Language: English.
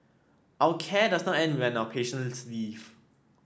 our care does not end when our patients leave